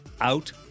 out